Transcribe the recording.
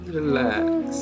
Relax